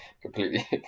completely